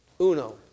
Uno